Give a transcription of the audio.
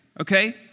okay